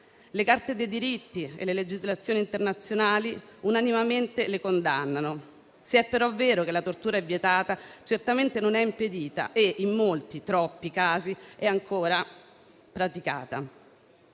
Le carte dei diritti e le legislazioni internazionali unanimemente la condannano. Se è però vero che la tortura è vietata, certamente non è impedita e in molti, troppi casi è ancora praticata.